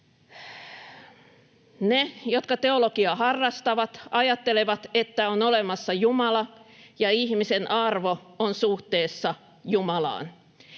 Ne, jotka teologiaa harrastavat, ajattelevat, että on olemassa Jumala ja ihmisen arvo on suhteessa Jumalaan,